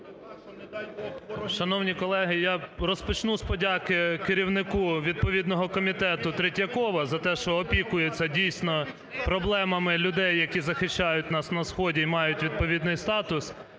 Шановні колеги, я розпочну з подяки керівнику відповідного комітету Третьякову за те, що опікується дійсно проблемами людей, які захищають нас на сході і мають відповідний статус.